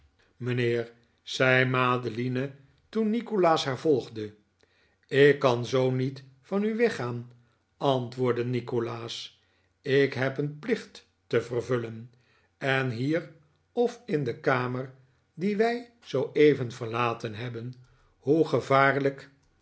heer zei madeline toen nikolaas haar volgde ik kan zoo niet van u weggaan antwoordde nikolaas ik heb een plicht te vervullen en hier of in de kamer die wij zooeven verlateri hebben hoe gevaarlijk